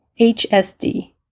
HSD